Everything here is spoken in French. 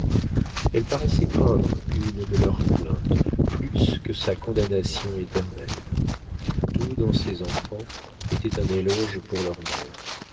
elle paraissait craindre une de leurs plaintes plus que sa condamnation éternelle tout dans ces enfants était un éloge pour leur mère